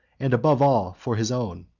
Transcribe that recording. and, above all, for his own.